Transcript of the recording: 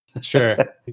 Sure